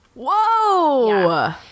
whoa